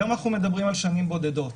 היום אנחנו מדברים על שנים בודדות,